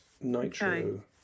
Nitro